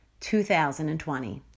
2020